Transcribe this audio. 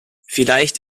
vielleicht